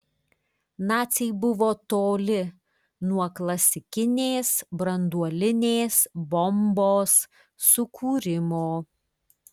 naciai buvo toli nuo klasikinės branduolinės bombos sukūrimo